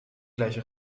gleich